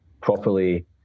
properly